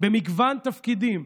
במגוון תפקידים: